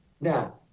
Now